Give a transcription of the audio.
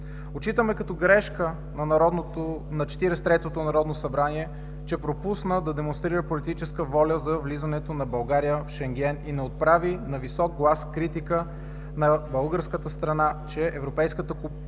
Отчитаме като грешка на 43-то народно събрание, че пропусна да демонстрира политическа воля за влизането на България в Шенген и не отправи на висок глас критика на българската страна, че Европейската комисия